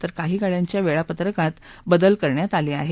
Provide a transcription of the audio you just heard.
तर काही गाड्यांच्या वेळापत्रकात बदल करण्यात आले आहेत